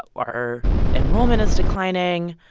our enrollment is declining.